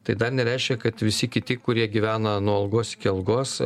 tai dar nereiškia kad visi kiti kurie gyvena nuo algos iki algos